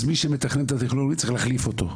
מי שמתכנן את התכנון הלאומי, צריך להחליף אותו.